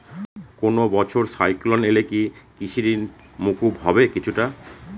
কোনো বছর সাইক্লোন এলে কি কৃষি ঋণ মকুব হবে কিছুটা?